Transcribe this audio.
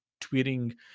tweeting